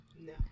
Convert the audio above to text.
no